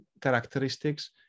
characteristics